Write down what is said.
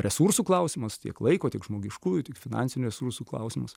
resursų klausimas tiek laiko tiek žmogiškųjų tik finansinių resursų klausimas